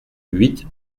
huit